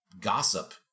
gossip